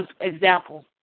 Examples